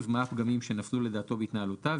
מה הפגמים שנפלו לדעתו בהתנהלותה,